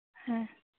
हाँ